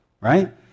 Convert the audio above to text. right